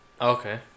okay